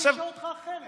תרשה לי לשאול אותך אחרת.